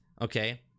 okay